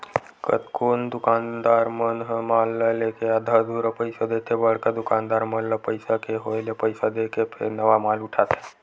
कतकोन दुकानदार मन ह माल ल लेके आधा अधूरा पइसा देथे बड़का दुकानदार मन ल पइसा के होय ले पइसा देके फेर नवा माल उठाथे